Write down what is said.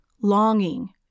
longing